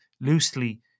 loosely